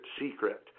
secret